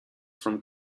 from